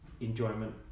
enjoyment